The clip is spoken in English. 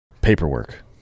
Paperwork